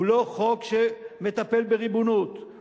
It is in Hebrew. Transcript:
הוא לא חוק שמטפל בריבונות,